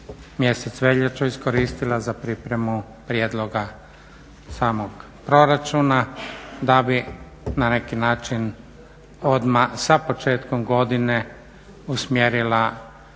mjesec veljaču iskoristila za pripremu prijedloga samog proračuna da bi na neki način odmah sa početkom godine usmjerila